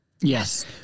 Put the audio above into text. Yes